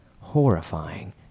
horrifying